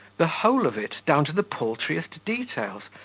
the whole of it, down to the paltriest details,